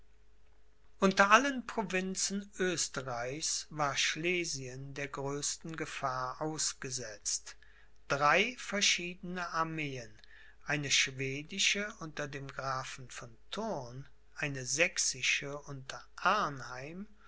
unter allen provinzen oesterreichs war schlesien der größten gefahr ausgesetzt drei verschiedene armeen eine schwedische unter dem grafen von thurn eine sächsische unter